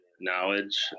knowledge